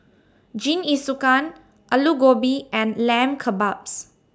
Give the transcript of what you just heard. Jingisukan Alu Gobi and Lamb Kebabs